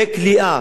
וכליאה,